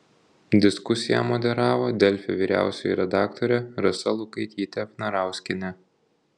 diskusiją moderavo delfi vyriausioji redaktorė rasa lukaitytė vnarauskienė